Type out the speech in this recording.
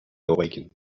awaken